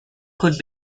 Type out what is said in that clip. could